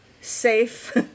safe